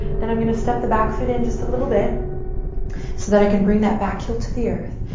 then i'm going to step the back foot in just a little bit so that i can bring that back heel to the earth.